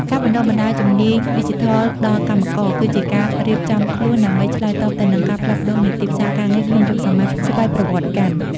ការបណ្ដុះបណ្ដាលជំនាញឌីជីថលដល់កម្មករ គឺជាការរៀបចំខ្លួនដើម្បីឆ្លើយតបទៅនឹងការផ្លាស់ប្តូរនៃទីផ្សារការងារក្នុងយុគសម័យស្វ័យប្រវត្តិកម្ម។